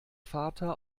vater